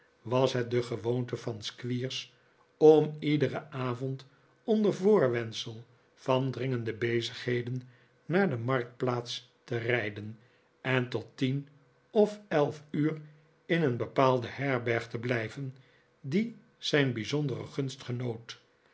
was het de gewoonte van squeers om iederen avond cjnder voorwendsel van dringende bezigheden naar de marktplaats te rijden en tot tien of elf uur in een bepaalde herberg te blijven die zijn bijzondere